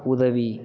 உதவி